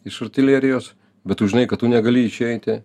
iš artilerijos bet tu žinai kad tu negali išeiti